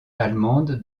allemande